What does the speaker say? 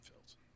Fields